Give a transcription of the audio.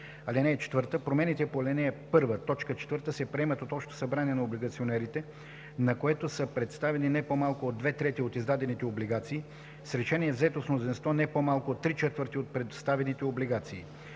емисия. (4) Промените по ал. 1, т. 4 се приемат от общото събрание на облигационерите, на което са представени не по-малко от две трети от издадените облигации, с решение, взето с мнозинство не по-малко от три четвърти от представените облигации.